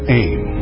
aim